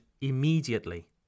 immediately